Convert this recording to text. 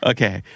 Okay